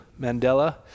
Mandela